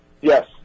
Yes